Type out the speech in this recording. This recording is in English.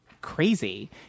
crazy